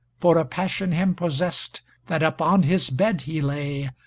for a passion him possessed that upon his bed he lay,